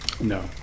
No